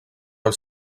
els